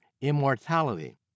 immortality